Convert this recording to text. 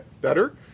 Better